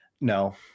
No